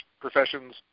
professions